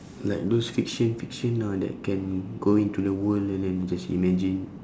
like those fiction fiction all that can go into the world and then just imagine